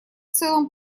целом